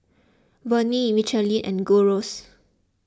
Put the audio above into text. Burnie Michelin and Gold Roast